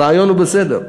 הרעיון הוא בסדר,